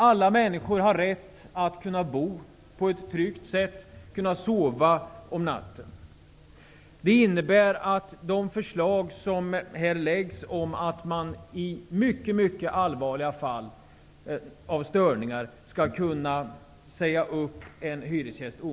Alla har rätt att bo tryggt och kunna sova om nätterna. Vi kan därför ställa upp på de förslag som innebär att man vid mycket allvarliga fall av störningar skall kunna säga upp en hyresgäst.